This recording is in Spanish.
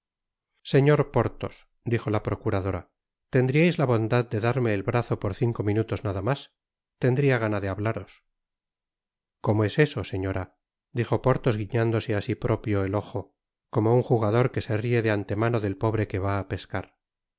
señor porthos dijo la procuradora tendriais la bondad de darme el brazo por cinco minutos nada mas tendria gana de hablaros cómo es eso señora dijo porthos guiñándose á si propio el ojo como un jugador que se rie de antemano del pobre que va á pescar